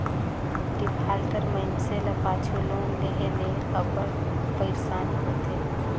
defaulter मइनसे ल पाछू लोन लेहे ले अब्बड़ पइरसानी होथे